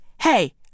hey